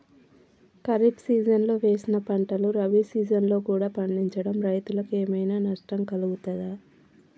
ఖరీఫ్ సీజన్లో వేసిన పంటలు రబీ సీజన్లో కూడా పండించడం రైతులకు ఏమైనా నష్టం కలుగుతదా?